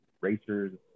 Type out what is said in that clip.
racers